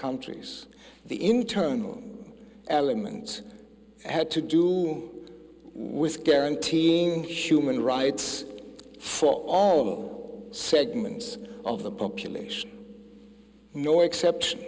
countries the internal elements had to do with guaranteeing human rights for all segments of the population no except